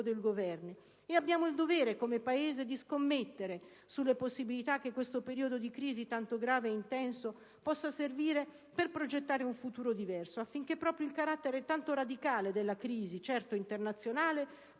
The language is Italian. del Governo e abbiamo il dovere, come Paese, di scommettere sulle possibilità che questo periodo di crisi tanto grave e intenso serva per progettare un futuro diverso, affinché proprio il carattere tanto radicale della crisi, certo internazionale,